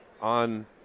on